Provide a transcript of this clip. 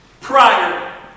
prior